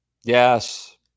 yes